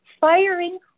firing